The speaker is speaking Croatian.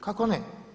Kako ne?